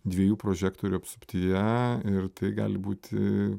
dviejų prožektorių apsuptyje ir tai gali būti